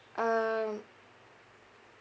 um